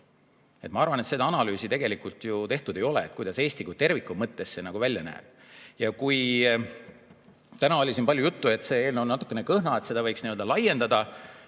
Ma arvan, et seda analüüsi ju tehtud ei ole, kuidas see Eesti kui terviku mõttes välja näeb. Täna oli siin palju juttu, et see eelnõu on natukene kõhna, et seda võiks laiendada.